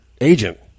agent